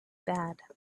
bad